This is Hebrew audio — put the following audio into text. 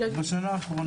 בשנה האחרונה.